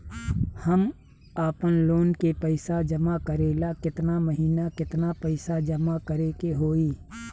हम आपनलोन के पइसा जमा करेला केतना महीना केतना पइसा जमा करे के होई?